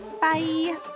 Bye